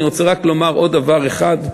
אני רוצה לומר עוד דבר אחד,